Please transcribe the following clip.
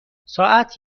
ساعت